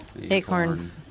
Acorn